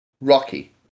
Rocky